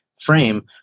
frame